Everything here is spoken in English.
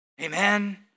Amen